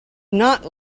not